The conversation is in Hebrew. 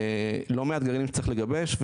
לא מעט גרעינים שצריך לגבש,